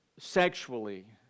Sexually